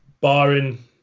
barring